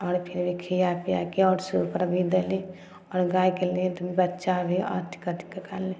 आओर फेर भी खिया पियाके और सूपर भी देली और गाय के लिए बच्चा भी